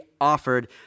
offered